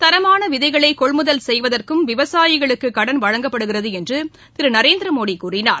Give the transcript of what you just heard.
தரமானவிதைகளைகொள்முதல் செய்வகற்கும் விவசாயிகளுக்குகடன் வழங்கப்படுகிறதுஎன்றுதிருநரேந்திரமோடிகூறினார்